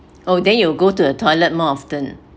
oh then you'll go to the toilet more often